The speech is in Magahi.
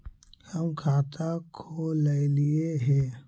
हम खाता खोलैलिये हे?